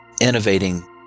innovating